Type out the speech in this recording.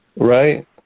Right